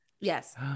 yes